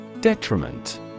Detriment